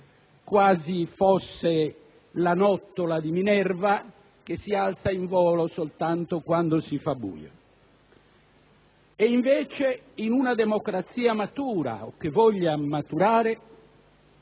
quasi fosse la nottola di Minerva che si alza in volo soltanto quando si fa buio. E invece, in una democrazia matura, o che voglia maturare,